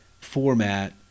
format